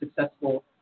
successful